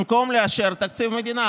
במקום לאשר תקציב מדינה.